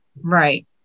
Right